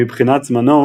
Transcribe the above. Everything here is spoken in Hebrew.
מבחינת זמנו,